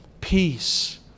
peace